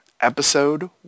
Episode